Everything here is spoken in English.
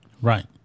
Right